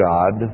God